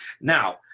Now